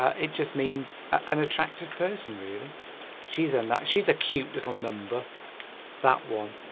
ah it just means an attractive person really she's a nut she's a cute little number that one